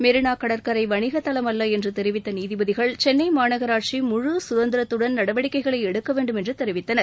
மெரினா கடற்கரை வணிக தளம் அல்ல என்று தெரிவித்த நீதிபதிகள் சென்னை மாநகராட்சி முழு சுதந்திரத்துடன் நடவடிக்கைகளை எடுக்க வேண்டும் என்று தெரிவித்தனர்